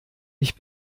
ich